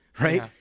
right